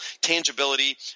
tangibility